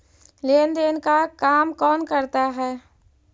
लेन देन का काम कौन करता है?